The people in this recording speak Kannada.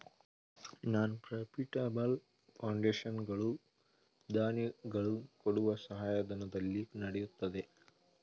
ನಾನ್ ಪ್ರಫಿಟೆಬಲ್ ಫೌಂಡೇಶನ್ ಗಳು ದಾನಿಗಳು ಕೊಡುವ ಸಹಾಯಧನದಲ್ಲಿ ನಡೆಯುತ್ತದೆ